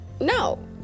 No